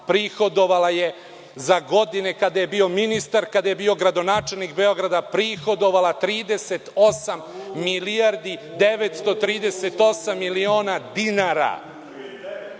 prihodovala je za godine kada je bio ministar, kada je bio gradonačelnik Beograda, prihodovala 38 milijardi 938 miliona dinara.